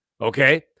okay